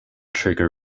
trigger